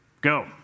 go